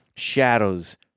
Shadows